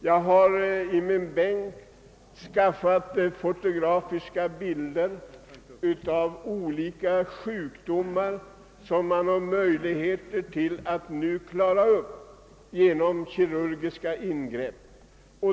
Jag har i min bänk fotografiska bilder av olika sjukdomar som man nu kan behandla med kirurgiska ingrepp.